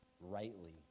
rightly